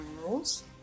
rules